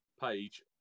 page